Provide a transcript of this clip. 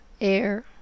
air